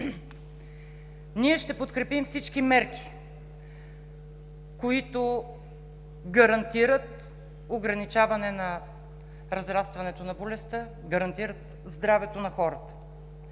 Ние ще подкрепим всички мерки, които гарантират ограничаване на разрастването на болестта, гарантират здравето на хората.